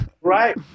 Right